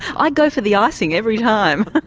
i go for the icing every time.